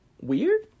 weird